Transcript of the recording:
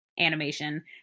animation